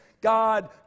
God